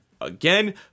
again